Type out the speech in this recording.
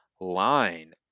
line